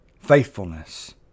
faithfulness